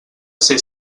ser